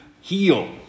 heal